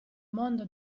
mondo